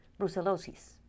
brucellosis